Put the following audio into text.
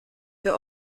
wir